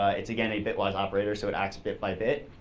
it's, again, a bitwise operator so it acts bit by bit,